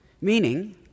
meaning